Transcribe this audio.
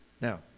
Now